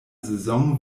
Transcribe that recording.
saison